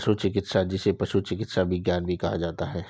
पशु चिकित्सा, जिसे पशु चिकित्सा विज्ञान भी कहा जाता है